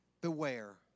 Beware